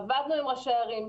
עבדנו עם ראשי הערים,